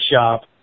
shop